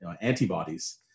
antibodies